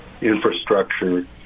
infrastructure